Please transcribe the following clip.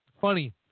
funny